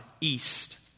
east